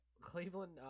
Cleveland